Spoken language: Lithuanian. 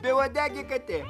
beuodegė katė